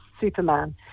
Superman